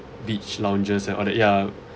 beach lounges and all that ya